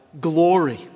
glory